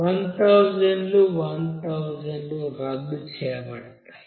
1000 లు 1000 లు రద్దు చేయబడతాయి